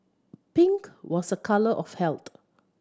pink was a colour of health